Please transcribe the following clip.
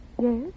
Yes